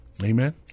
Amen